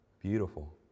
Beautiful